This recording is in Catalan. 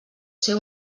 ser